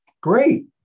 great